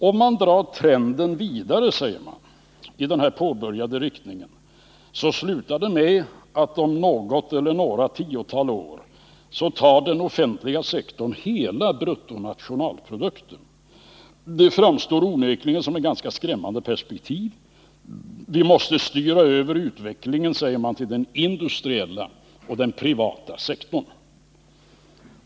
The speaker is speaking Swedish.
Om man drar trenden vidare, säger man, i den påbörjade riktningen slutar det med att om något eller några tiotal år tar den offentliga sektorn hela bruttonationalprodukten. Det framstår onekligen som ett ganska skrämmande perspektiv. Vi måste, säger man, styra över utvecklingen till den industriella och privata sektorn.